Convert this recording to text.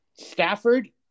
Stafford